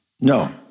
No